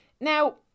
Now